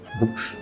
books